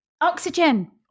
Oxygen